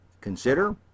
consider